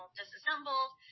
disassembled